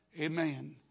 Amen